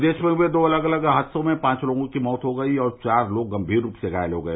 प्रदेश में हुए दो अलग अलग हादसों में पाँच लोगों की मौत हो गयी और चार लोग गम्मीर रूप से घायल हो गये